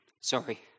Sorry